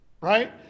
right